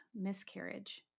miscarriage